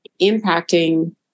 impacting